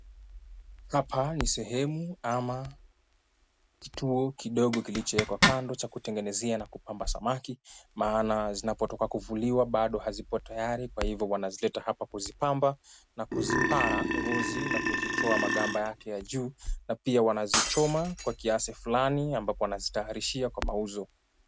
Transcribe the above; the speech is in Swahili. Hapa ni sehemu ama kituo kidogo kilichowekwa kando cha kutengenezea na kupamba samaki maana zinapotoka kuvuliwa bado hazipo tayari, kwa hivyo wanazileta hapa kuzipamba na kuzipara ngozi na kuzitoa magamba yake ya juu na pia wanazichoma kwa kiasi fulani ambapo wanazitayarishia mauzo.